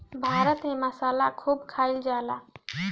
भारत में मसाला खूब खाइल जाला